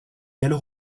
gallo